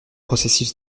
processus